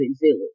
Village